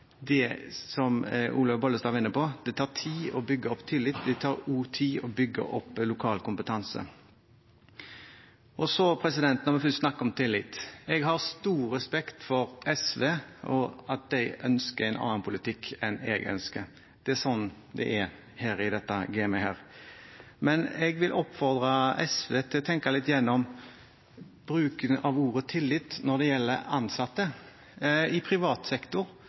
som representanten Olaug V. Bollestad var inne på. Det tar tid å bygge opp tillit, og det tar også tid å bygge opp lokal kompetanse. Når vi først snakker om tillit: Jeg har stor respekt for SV, og for at de ønsker en annen politikk enn jeg. Det er sånn det er i dette gamet. Men jeg vil oppfordre SV til å tenke litt gjennom bruken av ordet «tillit» når det gjelder ansatte. I privat sektor er det en rekke ansatte. Det er faktisk flere ansatte i privat sektor